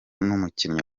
numukinnyi